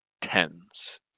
tens